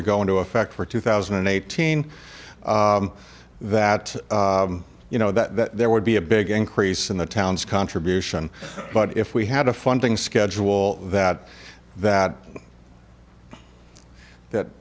to go into effect for two thousand and eighteen that you know that there would be a big increase in the town's contribution but if we had a funding schedule that that that